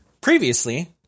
Previously